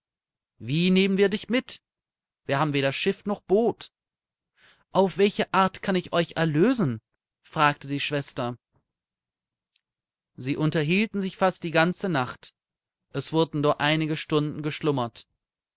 wie nehmen wir dich mit wir haben weder schiff noch boot auf welche art kann ich euch erlösen fragte die schwester sie unterhielten sich fast die ganze nacht es wurde nur einige stunden geschlummert